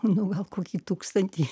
nu gal kokį tūkstantį